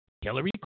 Hillary